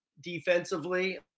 defensively